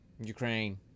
Ukraine